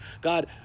God